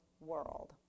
world